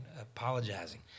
apologizing